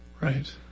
Right